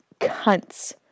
cunts